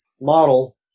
model